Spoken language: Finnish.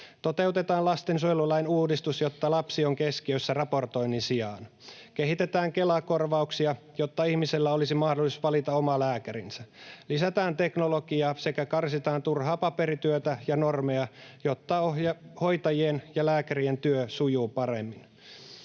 Toteutetaan lastensuojelulain uudistus, jossa lapsi on keskiössä raportoinnin sijaan. Kehitetään Kela-korvauksia, jotta ihmisillä olisi mahdollisuus valita oma lääkärinsä. Lisätään teknologiaa sekä karsitaan turhaa paperityötä ja normeja, jotta hoitajien ja lääkärien työ sujuu paremmin.